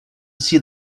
see